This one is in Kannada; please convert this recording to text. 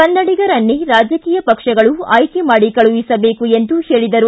ಕನ್ನಡಿಗರನ್ನೇ ರಾಜಕೀಯ ಪಕ್ಷಗಳು ಆಯ್ಲೆ ಮಾಡಿ ಕಳುಹಿಸಬೇಕು ಎಂದು ಹೇಳಿದರು